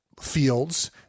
Fields